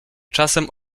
czasem